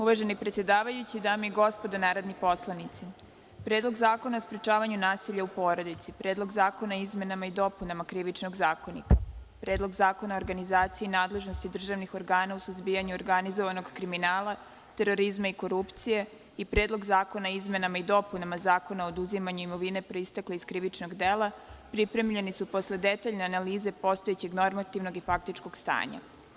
Uvaženi predsedavajući, dame i gospodo narodni poslanici, Predlog zakona o sprečavanju nasilja u porodici, Predlog zakona o izmenama i dopunama Krivičnog zakonika, Predlog zakona o organizaciji nadležnosti državnih organa u suzbijanju organizovanog kriminala, terorizma i korupcije i Predlog zakona o izmenama i dopunama Zakona o oduzimanju imovine proistekle iz krivičnog dela, pripremljeni su posle detaljne analize postojećih normativnog i faktičkog stanja.